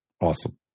awesome